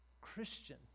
Christian